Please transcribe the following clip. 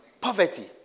Poverty